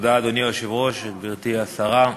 אדוני היושב-ראש, תודה, גברתי השרה,